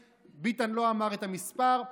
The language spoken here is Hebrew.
ביטן לא אמר את המספר,